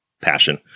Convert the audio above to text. passion